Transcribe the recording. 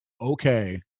okay